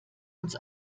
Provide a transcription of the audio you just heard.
uns